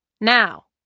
Now